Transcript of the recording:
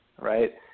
right